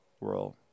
world